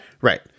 right